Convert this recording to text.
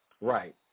Right